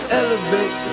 elevate